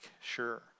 sure